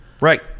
Right